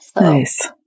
Nice